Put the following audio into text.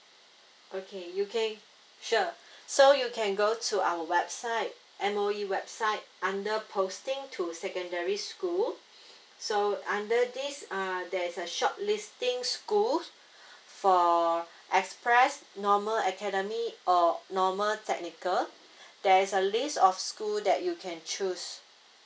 okay you can sure so you can go to our website M_O_E website under posting to secondary school so under this uh there is a short listing schools for express normal academy or normal technical there's a list of school that you can choose